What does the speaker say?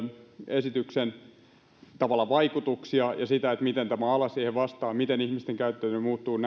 esityksen vaikutuksia ja sitä miten ala siihen vastaa miten ihmisten käyttäytyminen muuttuu